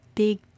big